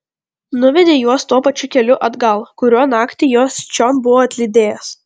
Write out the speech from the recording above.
nuvedė juos tuo pačiu keliu atgal kuriuo naktį juos čion buvo atlydėjęs